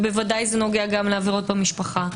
ובוודאי שזה נוגע לעבירות במשפחה.